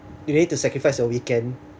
you need to sacrifice your weekend